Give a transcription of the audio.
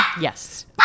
Yes